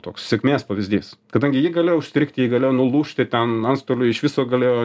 toks sėkmės pavyzdys kadangi ji galėjo užstrigti ji galėjo nulūžti ten antstoliai iš viso galėjo